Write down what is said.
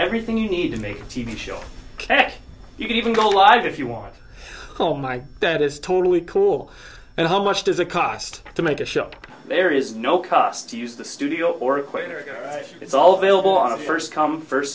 everything you need to make a t v show ok you can even go live if you want oh my that is totally cool and how much does it cost to make a shop there is no cost to use the studio or equator it's all available on a first come first